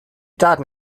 daten